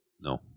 No